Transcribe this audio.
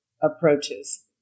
approaches